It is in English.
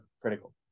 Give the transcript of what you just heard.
critical